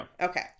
Okay